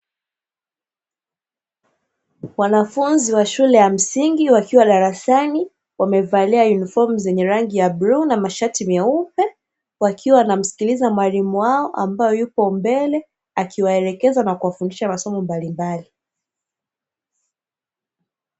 Wanafunzi wa shule ya msingi wakiwa darasani wamevalia yunifomu zenye rangi ya bluu na mashati meupe, wakiwa wanamsikiliza mwalimu wao ambaye yupo mbele akiwaelekeza na kuwafundisha masomo mbalimbali.